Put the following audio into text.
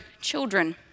children